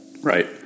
Right